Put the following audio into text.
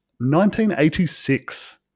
1986